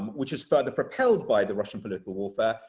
which is further propelled by the russian political warfare,